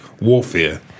warfare